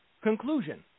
Conclusion